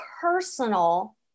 personal